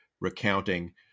recounting